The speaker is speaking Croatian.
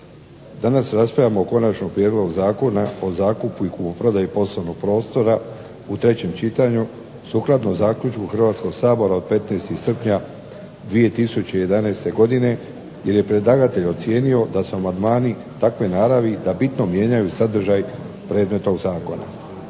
Danas raspravljamo o Konačnom prijedlogu zakona o zakupu i kupoprodaji poslovnog prostora u trećem čitanju sukladno zaključku Hrvatskog sabora od 15. srpnja 2011. godine jer je predlagatelj ocijenio da su amandmani takve naravi da bitno mijenjaju sadržaj predmetnog zakona.